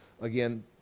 again